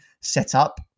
setup